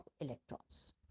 electrons